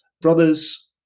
brothers